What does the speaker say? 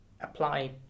apply